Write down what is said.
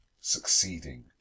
succeeding